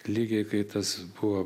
lygiai kai tas buvo